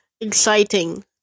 exciting